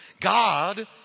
God